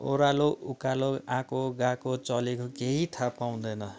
ओरालो उकालो आएकोे गएको चलेको केही थाहा पाउँदैन